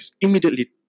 immediately